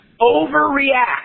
overreact